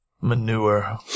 Manure